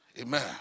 Amen